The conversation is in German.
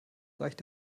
reicht